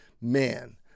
Man